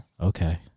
Okay